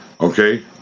Okay